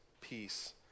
peace